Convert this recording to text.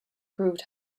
proved